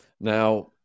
Now